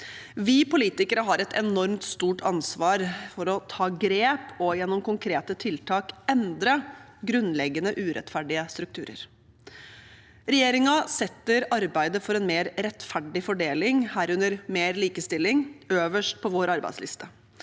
i alle sektorer 3653 et enormt stort ansvar for å ta grep og gjennom konkrete tiltak endre grunnleggende urettferdige strukturer. Regjeringen setter arbeidet for en mer rettferdig fordeling, herunder mer likestilling, øverst på vår arbeidsliste.